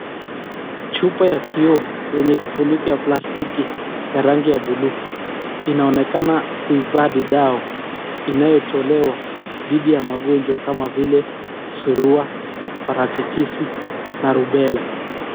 Chupa ya kioo yenye kifuniko ya plastiki na rangi ya buluu. Inaonekana kuhifadhi dawa inayotolewa dhidi ya ugonjwa kama vile surua, paratitisi na rubella .